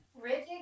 Rigid